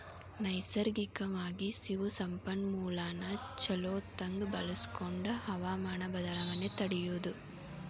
ನೈಸರ್ಗಿಕವಾಗಿ ಸಿಗು ಸಂಪನ್ಮೂಲಾನ ಚುಲೊತಂಗ ಬಳಸಕೊಂಡ ಹವಮಾನ ಬದಲಾವಣೆ ತಡಿಯುದು